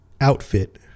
outfit